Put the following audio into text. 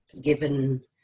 given